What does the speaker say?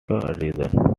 region